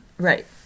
Right